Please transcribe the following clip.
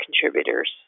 contributors